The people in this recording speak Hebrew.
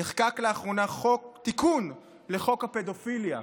נחקק לאחרונה חוק, תיקון לחוק הפדופיליה,